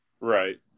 Right